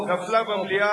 ביוני 2004, נפלה במליאה.